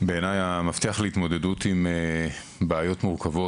בעיניי המפתח להתמודדות עם בעיות מורכבות